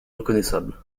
reconnaissable